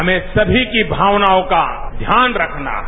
हमें सभी की भावनाओंका ध्यान रखना है